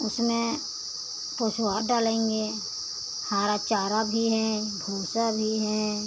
उसमें पशुहार डालेंगे हरा चारा भी हैं भूसा भी हैं